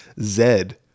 Zed